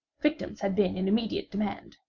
victims had been in immediate demand.